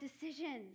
decisions